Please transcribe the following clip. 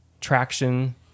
traction